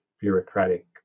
bureaucratic